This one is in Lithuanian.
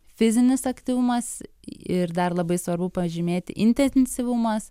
fizinis aktyvumas ir dar labai svarbu pažymėti intensyvumas